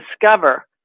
discover